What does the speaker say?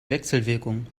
wechselwirkung